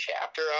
chapter